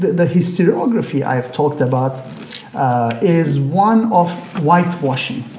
the historiography i have talked about is one of whitewashing.